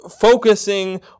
focusing